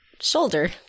shoulder